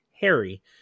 Harry